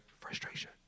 Frustration